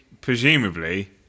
presumably